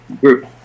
group